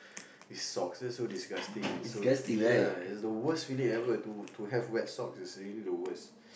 with socks that's so disgusting it's so ya it's the worst feeling ever to to have wet socks it's really the worst